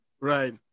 Right